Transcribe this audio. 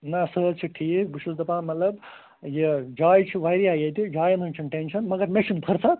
نَہ سُہ حظ چھُ ٹھیٖک بہٕ چھُس دپان مطلب یہِ جایہِ چھِ واریاہ ییٚتہِ جاین ہنٛز چھَنہِ ٹیٚنشن مگر مےٚ چھَنہٕ فٕرصت